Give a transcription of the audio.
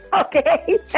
Okay